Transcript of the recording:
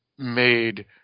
made